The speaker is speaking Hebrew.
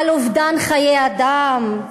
על אובדן חיי אדם.